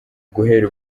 guhera